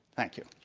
thank you.